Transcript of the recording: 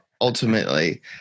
ultimately